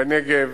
בנגב,